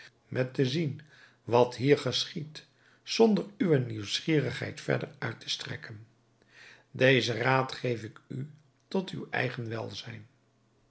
met te zien wat hier geschiedt zonder uwe nieuwsgierigheid verder uit te strekken deze raad geef ik u tot uw eigen welzijn